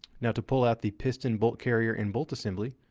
now, to pull out the piston bolt carrier and bolt assembly,